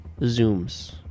zooms